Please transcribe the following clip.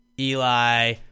Eli